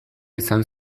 izan